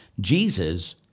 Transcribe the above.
jesus